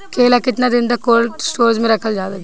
केला केतना दिन तक कोल्ड स्टोरेज में रखल जा सकेला?